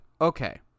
okay